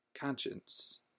conscience